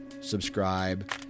subscribe